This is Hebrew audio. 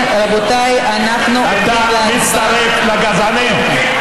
אתה מצטרף לגזענים.